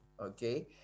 okay